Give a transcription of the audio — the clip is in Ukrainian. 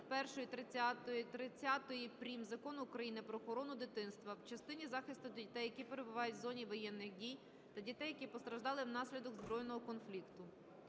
1, 30, 30 прим. Закону України "Про охорону дитинства" в частині захисту дітей, які перебувають у зоні воєнних дій, та дітей, які постраждали внаслідок збройного конфлікту.